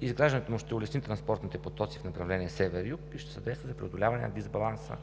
Изграждането му ще улесни транспортните потоци в направление „Север – Юг“ и ще се съдейства за преодоляване на дисбаланса